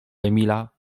emila